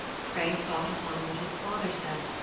frey thought upon what his father said,